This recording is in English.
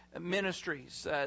ministries